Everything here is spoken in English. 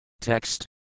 TEXT